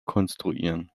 konstruieren